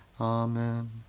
Amen